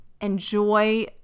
enjoy